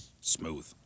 smooth